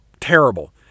terrible